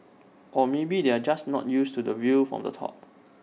or maybe they are just not used to the view from the top